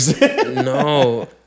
no